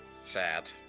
Sad